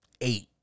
eight